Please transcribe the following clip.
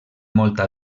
molta